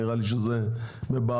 נראה לי שזה מבעבע.